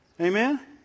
Amen